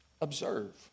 observe